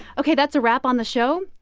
ok, that's a wrap on the show.